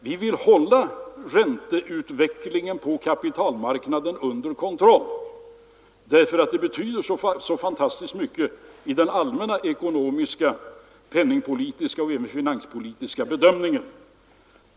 Vi vill hålla ränteutvecklingen på kapitalmarknaden under kontroll därför att det betyder så fantastiskt mycket i den allmänna ekonomiska, penningpolitiska och även finanspolitiska bedömningen.